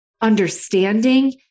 understanding